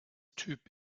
typ